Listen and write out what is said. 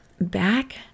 back